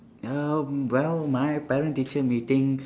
um well my parent teacher meeting